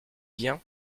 bien